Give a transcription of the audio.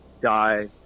die